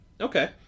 Okay